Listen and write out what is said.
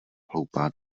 hloupá